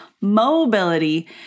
Mobility